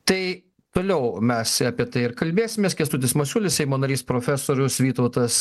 tai toliau mes apie tai ir kalbėsimės kęstutis masiulis seimo narys profesorius vytautas